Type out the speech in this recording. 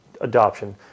adoption